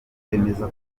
bemeza